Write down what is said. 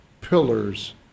pillars